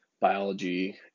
biology